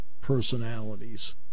personalities